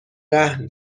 رهن